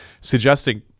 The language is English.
suggesting